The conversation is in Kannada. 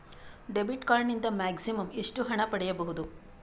ಡೆಬಿಟ್ ಕಾರ್ಡ್ ನಿಂದ ಮ್ಯಾಕ್ಸಿಮಮ್ ಎಷ್ಟು ಹಣ ಪಡೆಯಬಹುದು?